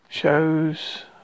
Shows